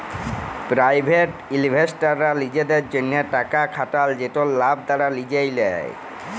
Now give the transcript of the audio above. private ইলভেস্টাররা লিজেদের জ্যনহে টাকা খাটাল যেটর লাভ তারা লিজে লেই